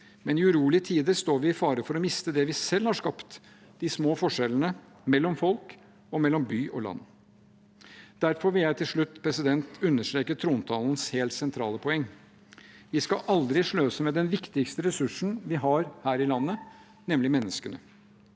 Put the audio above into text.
men i urolige tider står vi i fare for å miste det vi selv har skapt – de små forskjellene mellom folk og mellom by og land. Derfor vil jeg til slutt understreke trontalens helt sentrale poeng: Vi skal aldri sløse med den viktigste ressursen vi har her i landet, nemlig menneskene.